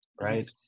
right